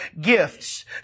gifts